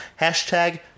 hashtag